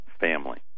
family